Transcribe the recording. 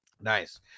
Nice